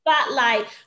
spotlight